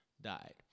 died